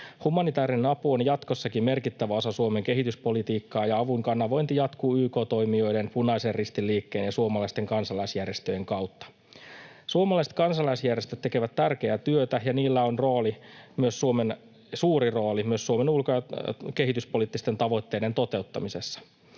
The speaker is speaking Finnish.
Humanitaarinen apu on jatkossakin merkittävä osa Suomen kehityspolitiikkaa, ja avun kanavointi jatkuu YK-toimijoiden, Punaisen Ristin liikkeen ja suomalaisten kansalaisjärjestöjen kautta. Suomalaiset kansalaisjärjestöt tekevät tärkeää työtä, ja niillä on suuri rooli myös Suomen ulko- ja kehityspoliittisten tavoitteiden toteuttamisessa.